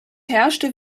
herrschte